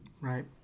right